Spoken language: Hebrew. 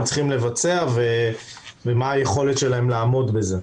הם צריכים לבצע ומה היכולת שלהם לעמוד בזה.